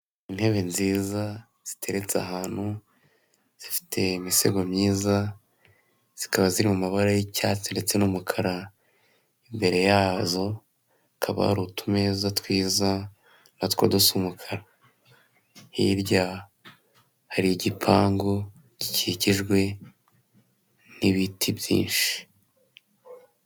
Intebe nziza ziteretse ahantu zifite imisego myiza zikaba ziri mabara y'icyatsi ndetse n'umukara, imbere yazo hakaba hari utumeza twiza natwo dusa umukara, hirya hari igipangu gikikijwe n'ibiti byinshi.